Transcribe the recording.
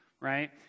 right